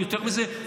יותר מזה,